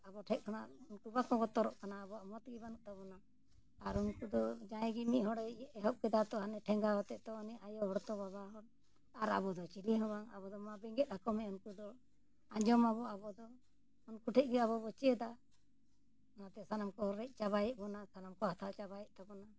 ᱟᱵᱚ ᱴᱷᱮᱱ ᱠᱷᱚᱱᱟᱜ ᱩᱱᱠᱩ ᱵᱟᱠᱚ ᱵᱚᱛᱚᱨᱚᱜ ᱠᱟᱱᱟ ᱟᱵᱚᱣᱟᱜ ᱢᱚᱛᱜᱮ ᱵᱟᱹᱱᱩᱜ ᱛᱟᱵᱚᱱᱟ ᱟᱨ ᱩᱱᱠᱩ ᱫᱚ ᱡᱟᱦᱟᱸᱭ ᱜᱮ ᱢᱤᱫ ᱦᱚᱲᱮ ᱮᱦᱚᱵ ᱠᱮᱫᱟ ᱛᱚ ᱦᱟᱱᱮ ᱴᱷᱮᱸᱜᱟ ᱟᱛᱮᱜ ᱛᱚ ᱩᱱᱤ ᱟᱭᱳ ᱦᱚᱲ ᱛᱚ ᱵᱟᱵᱟ ᱦᱚᱲ ᱟᱨ ᱟᱵᱚ ᱫᱚ ᱪᱤᱞᱤ ᱦᱚᱸ ᱵᱟᱝ ᱟᱵᱚ ᱫᱚ ᱢᱟ ᱵᱮᱸᱜᱮᱫ ᱟᱠᱚᱢᱮ ᱩᱱᱠᱩ ᱫᱚ ᱟᱸᱡᱚᱢ ᱟᱵᱚᱱ ᱟᱵᱚᱫᱚ ᱩᱱᱠᱩ ᱴᱷᱮᱱᱜᱮ ᱟᱵᱚᱵᱚᱱ ᱪᱮᱫᱟ ᱚᱱᱟᱛᱮ ᱥᱟᱱᱟᱢ ᱠᱚ ᱨᱮᱡ ᱪᱟᱵᱟᱭᱮᱫ ᱵᱚᱱᱟ ᱥᱟᱱᱟᱢ ᱠᱚ ᱦᱟᱛᱟᱣ ᱪᱟᱵᱟᱭᱮᱜ ᱛᱟᱵᱚᱱᱟ